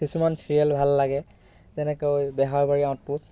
কিছুমান চিৰিয়েল ভাল লাগে যেনেকৈ বেহাৰবাৰী আউটপোষ্ট